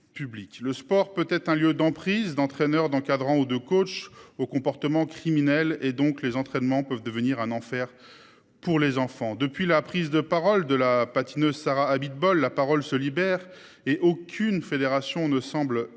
le sport peut être un lieu d'emprise d'entraîneur d'encadrants ou de coach au comportement criminel et donc les entraînements peuvent devenir un enfer. Pour les enfants. Depuis la prise de parole de la patineuse Sarah Abitbol, la parole se libère et aucune fédération ne semble épargné